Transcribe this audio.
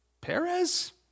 Perez